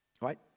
right